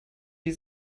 die